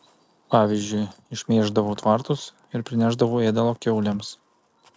pavyzdžiui išmėždavau tvartus ir prinešdavau ėdalo kiaulėms